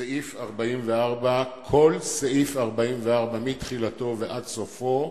סעיף 44. כל סעיף 44, מתחילתו ועד סופו,